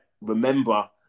remember